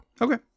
Okay